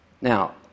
Now